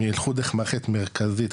הם ילכו דרך מערכת מרכזית,